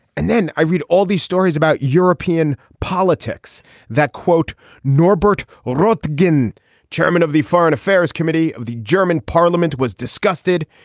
and then i read all these stories about european politics that quote norbert owen wrote guin chairman of the foreign affairs committee of the german parliament was disgusted.